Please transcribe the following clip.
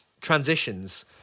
Transitions